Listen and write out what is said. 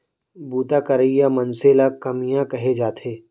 बूता करइया मनसे ल कमियां कहे जाथे